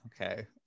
Okay